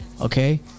Okay